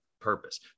purpose